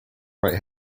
right